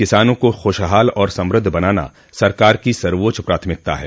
किसानों को खुशहाल और समृद्ध बनाना सरकार की सर्वोच्च प्राथमिकता है